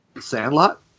sandlot